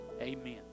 Amen